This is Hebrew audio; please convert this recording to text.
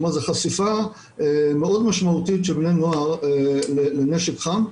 כלומר זו חשיפה מאוד משמעותית של בני נוער לנשק חם.